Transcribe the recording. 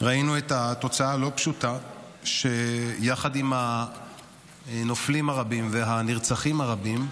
ראינו את התוצאה הלא-פשוטה שיחד עם הנופלים הרבים והנרצחים הרבים,